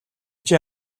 чинь